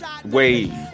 wave